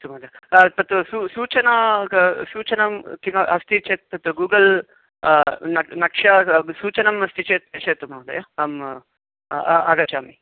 अस्तु महोदय तत् सू सूचनं सूचनं किम् अस्ति चेत् तत् गूगल् न नक्ष्या सूचनम् अस्ति चेत् पश्यतु महोदय अहम् आगच्छामि